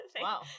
Wow